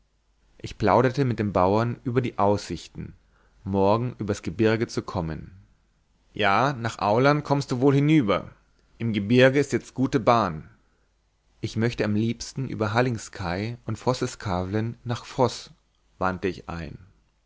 ich plauderte mit dem bauern über die aussichten morgen übers gebirge zu kommen ja nach aurland kommst du wohl hinüber im gebirge ist jetzt gute bahn ich möchte am liebsten über hallingskei und vosseskavlen nach voß wandte ich ein